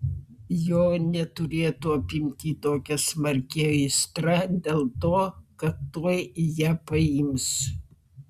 jo neturėtų apimti tokia smarki aistra dėl to kad tuoj ją paims